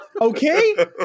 Okay